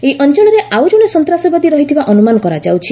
ଏହି ଅଞ୍ଚଳରେ ଆଉ ଜଣେ ସନ୍ତାସବାଦୀ ରହିଥିବା ଅନୁମାନ କରାଯାଉଛି